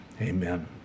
amen